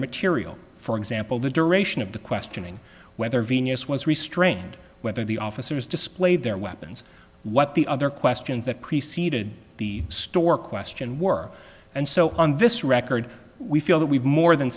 material for example the duration of the questioning whether venus was restrained whether the officers displayed their weapons what the other questions that preceded the store question were and so on this record we feel that we've more than